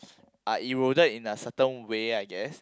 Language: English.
are eroded in a certain way I guess